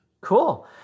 Cool